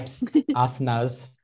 asanas